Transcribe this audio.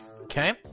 Okay